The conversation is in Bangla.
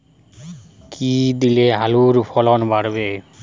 কী দিলে আলুর ফলন বাড়বে?